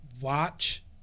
watch